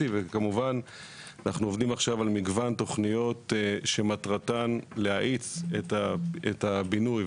ואנחנו עובדים עכשיו על מגוון תכניות שמטרתן להאיץ את הבינוי,